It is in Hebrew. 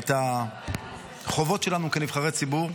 את החובות שלנו כנבחרי ציבור,